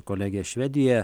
kolegė švedijoje